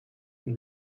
and